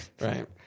right